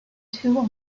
two